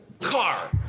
car